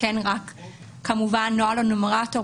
נוהל הנומרטור,